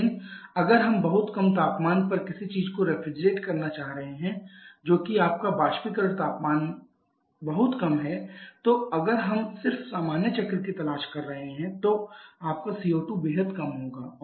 लेकिन अगर हम बहुत कम तापमान पर किसी चीज को रेफ्रिजरेट करना चाह रहे हैं जो कि आपका वाष्पीकरण तापमान बहुत कम है तो अगर हम सिर्फ सामान्य चक्र की तलाश कर रहे हैं तो आपका CO2 बेहद कम होगा